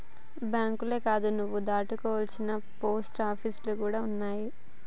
బాంకులే కాదురో, నువ్వు దాసుకోవాల్నంటే పోస్టాపీసులు గూడ ఉన్నయ్